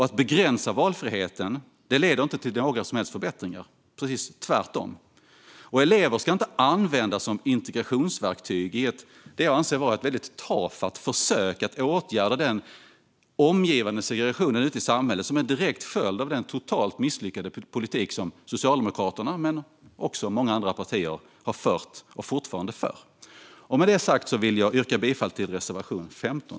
Att begränsa valfriheten leder inte till några som helst förbättringar, tvärtom. Elever ska inte användas som integrationsverktyg i det som jag anser vara ett väldigt tafatt försök att åtgärda den omgivande segregationen ute i samhället, som är en direkt följd av den totalt misslyckade politik som Socialdemokraterna men också många andra partier har fört och fortfarande för. Med detta sagt vill jag yrka bifall till reservation 15.